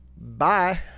Bye